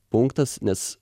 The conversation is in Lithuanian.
punktas nes